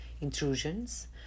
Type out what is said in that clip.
intrusions